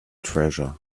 treasure